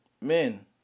men